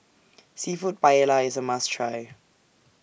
Seafood Paella IS A must Try